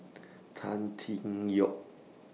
Tan Tee Yoke